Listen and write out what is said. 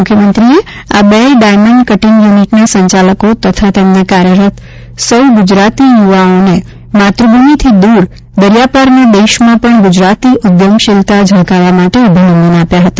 મુખ્યમંત્રીશ્રીએ આ બેય ડાયમન્ડ કર્ટીંગ યુનિટના સંચાલકો તથા તેમાં કાર્યરત સૌ ગુજરાતી યુવાઓને માતૃભૂમિથી દૂર દરિયાપારના દેશમાં પણ ગુજરાતી ઉદ્યમશીલતા ઝળકાવવા માટે અભિનંદન પાઠવ્યા હતા